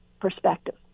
perspective